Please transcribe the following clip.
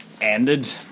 ended